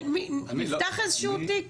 נפתח איזשהו תיק?